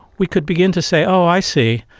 we could begin to say, oh, i see,